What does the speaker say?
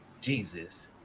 jesus